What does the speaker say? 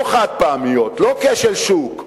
לא חד-פעמיות, לא כשל שוק,